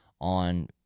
on